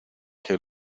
que